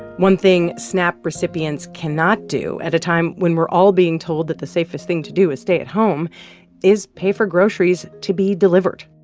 one thing snap recipients cannot do at a time when we're all being told that the safest thing to do is stay at home is pay for groceries to be delivered.